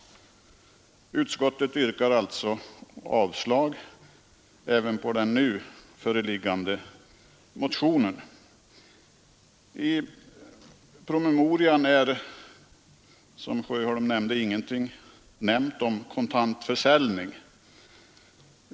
Utskottet yrkar alltså avslag även på den nu föreliggande motionen. I promemorian är — som herr Sjöholm påpekade — ingenting nämnt om kontantförsäljning.